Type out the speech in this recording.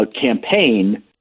campaign